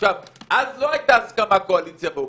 אז לא הייתה הסכמה בין קואליציה ואופוזיציה.